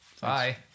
Bye